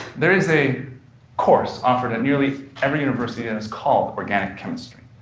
there is a course offered at nearly every university, and it's called organic chemistry,